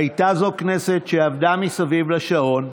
הייתה זו כנסת שעבדה מסביב לשעון,